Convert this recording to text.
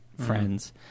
friends